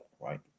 right